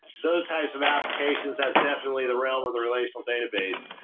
those types of applications has definitely the realm of the relational database.